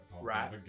Right